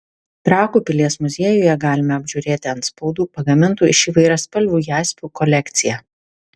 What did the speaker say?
trakų pilies muziejuje galime apžiūrėti antspaudų pagamintų iš įvairiaspalvių jaspių kolekciją